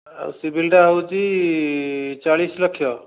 ଆଉ ସିଭିଲ୍ଟା ହେଉଛି ଚାଳିଶ ଲକ୍ଷ